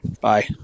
Bye